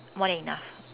more then enough